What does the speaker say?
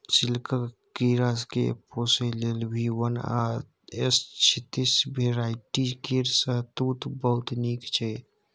सिल्कक कीराकेँ पोसय लेल भी वन आ एस छत्तीस भेराइटी केर शहतुत बहुत नीक छै